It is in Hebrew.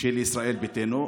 של ישראל ביתנו.